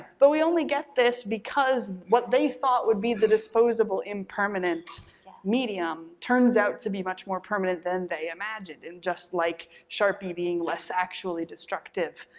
but we only get this because what they thought would be the disposable impermanent medium turns out to be much more permanent than they imagined. and just like sharpie being less actually destructive,